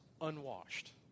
unwashed